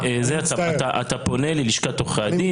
וזה כולל גם שאלות על פסיקות של ערכאות שיפוטיות